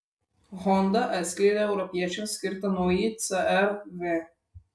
honda atskleidė europiečiams skirtą naująjį cr v